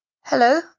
Hello